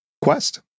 Quest